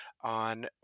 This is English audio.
on